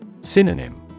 Synonym